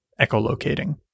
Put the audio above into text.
echolocating